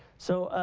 so,